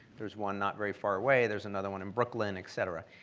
there's one not very far away. there's another one in brooklyn, et cetera.